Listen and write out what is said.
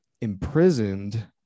imprisoned